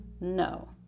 No